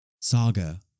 saga